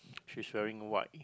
she's wearing white